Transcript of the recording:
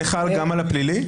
זה חל גם על הפלילי?